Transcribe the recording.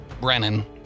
Brennan